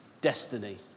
destiny